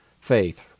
faith